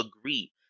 agree